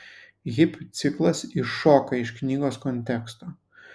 hipių ciklas iššoka iš knygos konteksto